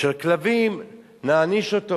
של כלבים נעניש אותו?